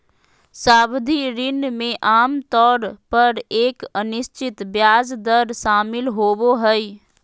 सावधि ऋण में आमतौर पर एक अनिश्चित ब्याज दर शामिल होबो हइ